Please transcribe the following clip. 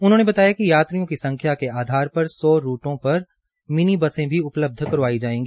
उन्होंने बताया कि यात्रियों की संख्या के आधार पर सौ रूटों पर मिनी बसे भी उपलब्ध करवाई जाएगी